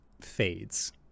fades